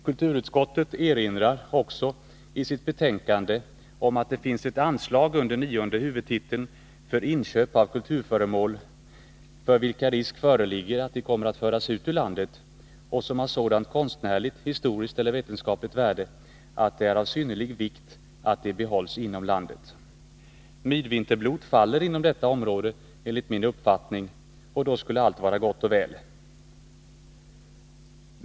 Kulturutskottet erinrar också i sitt betänkande om att det finns ett anslag under nionde huvudtiteln för inköp av kulturföremål, för vilka risk föreligger att de kommer att föras ut ur landet och som har sådant konstnärligt, historiskt eller vetenskapligt värde att det är av synnerlig vikt att de behålls inom landet. Midvinterblot faller, enligt min uppfattning, inom detta område, och då skulle allt vara gott och väl.